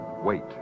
wait